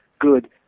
good